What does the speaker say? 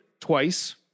twice